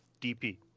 DP